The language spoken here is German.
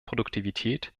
produktivität